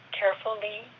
carefully